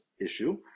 issue